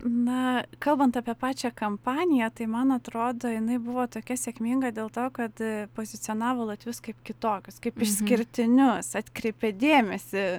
na kalbant apie pačią kampaniją tai man atrodo jinai buvo tokia sėkminga dėl to kad pozicionavo latvius kaip kitokius kaip išskirtinius atkreipė dėmesį